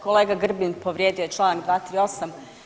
Kolega Grbin povrijedio je Članak 238.